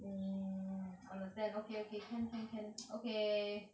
mm understand okay okay can can can okay